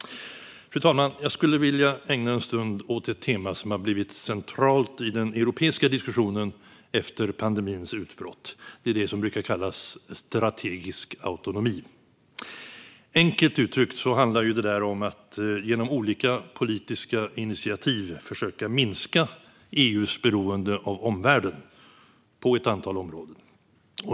Fru talman! Jag skulle vilja ägna en stund åt ett tema som har blivit centralt i den europeiska diskussionen efter pandemins utbrott. Det är det som brukar kallas strategisk autonomi. Enkelt uttryckt handlar det om att genom olika politiska initiativ försöka minska EU:s beroende av omvärlden på ett antal områden.